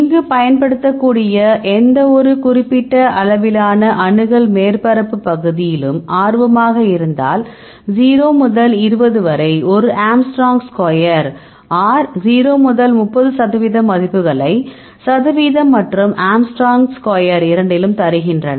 இங்கு பயன்படுத்தக்கூடிய எந்தவொரு குறிப்பிட்ட அளவிலான அணுகல் மேற்பரப்புப் பகுதியிலும் ஆர்வமாக இருந்தால் 0 முதல் 20 வரை ஒரு ஆங்ஸ்ட்ரோம் ஸ்கொயர் r 0 முதல் 30 சதவிகிதம் மதிப்புகளை சதவீதம் மற்றும் ஆங்ஸ்ட்ரோம் ஸ்கொயர் இரண்டிலும் தருகின்றன